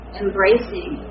embracing